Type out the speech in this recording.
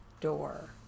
door